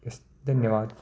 yes धन्यवाद